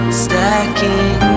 stacking